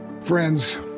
Friends